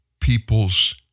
people's